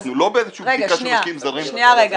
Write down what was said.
אנחנו לא באיזושהי בדיקה של משקיעים זרים בתחומים אחרים.